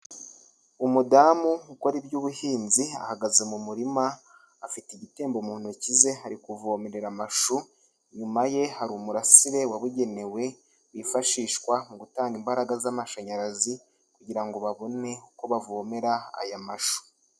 Umudamu ukora iby'ubuhinzi ahagaze mu murima, afite igitembo mu ntoki ze ari kuvomerera amashu, inyuma ye hari umurasire wabugenewe, wifashishwa mu gutanga imbaraga z'amashanyarazi kugira ngo babone uko bavomera aya mashu.